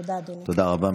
תודה רבה.